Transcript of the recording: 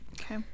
okay